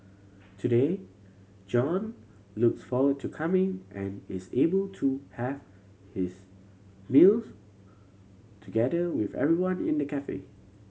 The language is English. today John looks forward to coming and is able to have his meals together with everyone in the cafe